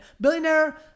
billionaire